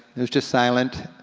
it was just silent.